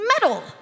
metal